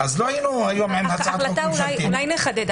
אין שום סוג של פיקוח על דברים?